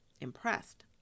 impressed